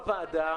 בוועדה,